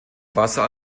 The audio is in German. wasser